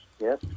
yes